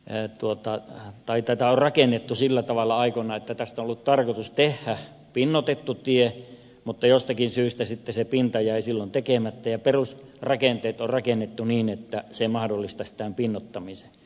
en tuota taitetta rakennettu sillä tavalla aikoinaan että tästä on ollut tarkoitus tehdä pinnoitettu tie mutta jostakin syystä sitten se pinta jäi silloin tekemättä ja perusrakenteet on rakennettu niin että ne mahdollistaisivat tämän pinnoittamisen